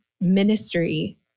ministry